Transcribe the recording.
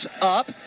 up